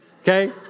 okay